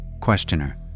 Questioner